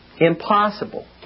impossible